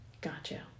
Gotcha